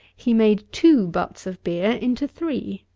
he made two buts of beer into three.